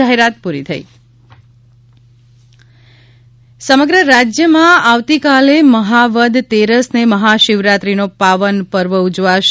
જાહેરાત પુરી થઇ સમગ્ર રાજ્યમાં આવતીકાલે મહા વદ તેરસને મહાશિવરાત્રીનો પાવન પર્વ ઉજવાશે